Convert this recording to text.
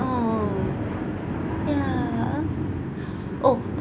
oo ya oh